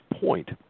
point